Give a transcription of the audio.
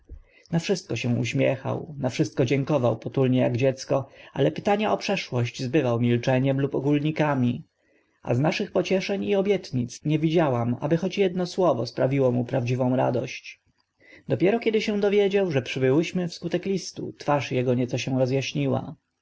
na wszystko się uśmiechał za wszystko dziękował potulnie ak dziecko ale pytania o przeszłość zbywał milczeniem lub ogólnikami a z naszych pocieszeń i obietnic nie widziałam aby choć edno słowo sprawiło mu prawdziwą radość dopiero kiedy się dowiedział że przybyłyśmy wskutek listu twarz ego nieco się rozaśniła